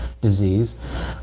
disease